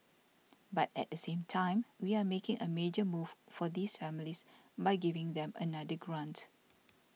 but at the same time we are making a major move for these families by giving them another grant